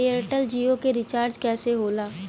Airtel Jio के recharge कैसे होला?